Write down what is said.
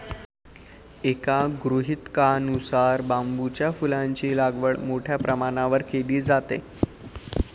एका गृहीतकानुसार बांबूच्या फुलांची लागवड मोठ्या प्रमाणावर केली जाते